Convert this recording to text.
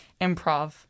improv